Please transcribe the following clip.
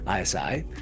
ISI